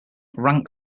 rank